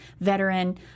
veteran